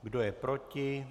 Kdo je proti?